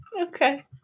Okay